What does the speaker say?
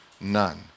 None